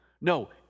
No